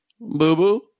Boo-boo